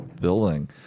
building